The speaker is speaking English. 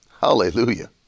Hallelujah